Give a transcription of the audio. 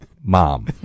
Mom